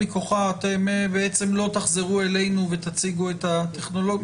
מכוחה אתם בעצם לא תחזרו אלינו ותציגו את הטכנולוגיה?